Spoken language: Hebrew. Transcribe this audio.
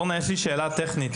אורנה, יש לי שאלה טכנית.